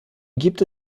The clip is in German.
gibt